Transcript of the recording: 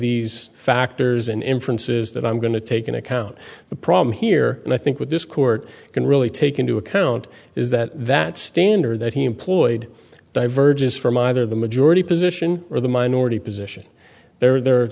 these factors an inference is that i'm going to take into account the problem here and i think with this court can really take into account is that that standard that he employed diverges from either the majority position or the minority position they were the